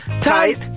tight